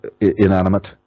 Inanimate